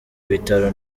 ibitaro